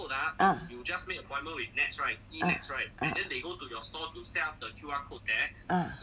ah ah ah ah ah